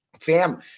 fam